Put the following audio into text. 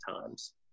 times